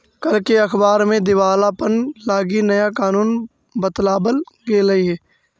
कल के अखबार में दिवालापन लागी नया कानून बताबल गेलई हे